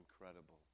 incredible